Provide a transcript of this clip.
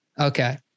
okay